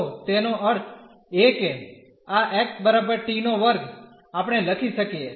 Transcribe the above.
તો તેનો અર્થ એ કે આ xt2 આપણે લખી શકીએ